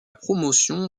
promotion